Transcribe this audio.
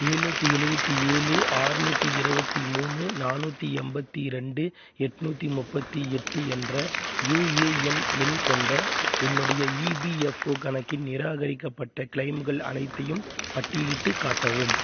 ஏழுநூத்தி எழுவத்தி ஏழு ஆறுநூத்தி இருபத்தி மூணு நானூற்றி எண்பத்தி ரெண்டு எட்நூத்தி முப்பத்தி எட்டு என்ற யூஏஎன் எண் கொண்ட என்னுடைய இபிஎஃப்ஓ கணக்கின் நிராகரிக்கப்பட்ட க்ளைம்கள் அனைத்தையும் பட்டியலிட்டுக் காட்டவும்